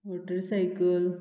motorcycle